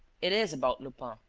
it is about lupin.